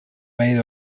made